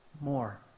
More